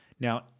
Now